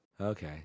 Okay